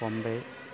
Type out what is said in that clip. കൊമ്പേ